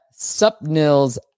Supnil's